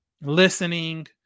listening